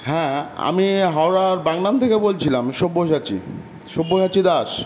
হ্যাঁ আমি হাওড়ার বাগনান থেকে বলছিলাম সব্যসাচী সব্যসাচী দাস